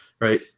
right